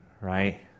right